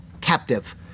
captive